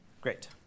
Great